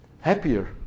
happier